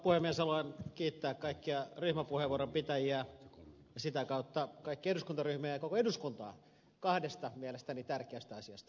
haluan kiittää kaikkia ryhmäpuheenvuoronpitäjiä ja sitä kautta kaikkia eduskuntaryhmiä ja koko eduskuntaa kahdesta mielestäni tärkeästä asiasta